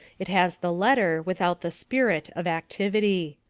it has the letter without the spirit of activity.